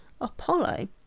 Apollo